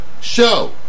show